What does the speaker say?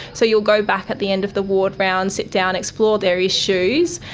so you will go back at the end of the ward round, sit down, explore their issues.